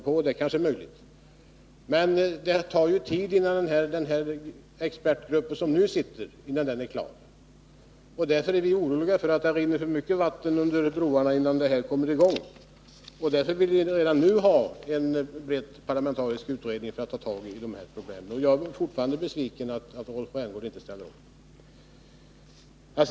Ja, det kanske är möjligt, men det tar ju tid innan den expertgrupp som nu = 10 mars 1982 arbetar är klar med sitt arbete. Därför är vi oroliga för att det hinner rinna för mycket vatten under broarna, innan det hela kommer i gång. Därför vill vi redan nu ha en bred parlamentarisk utredning, som skall ta tag i de här problemen. Jag är fortfarande besviken över att Rolf Rämgård inte ansluter sig till förslaget om en sådan.